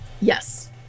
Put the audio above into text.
Yes